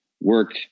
work